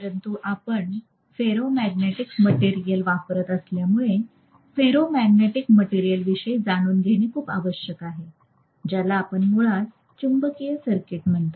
परंतु आपण ferromagnetic material वापरत असल्यामुळे फेरोमॅग्नेटिक मटेरियलविषयी जाणून घेणे खूप आवश्यक आहे ज्याला आपण मुळात चुंबकीय सर्किट म्हणतो